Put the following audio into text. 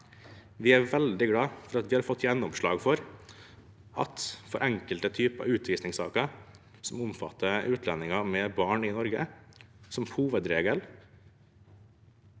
Vi er veldig glade for at vi har fått gjennomslag for at det for enkelte typer utvisningssaker som omfatter utlendinger med barn i Norge, som hovedregel